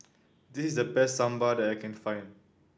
this is the best Sambar that I can find